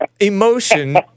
Emotion